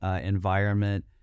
environment